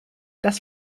das